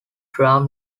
drum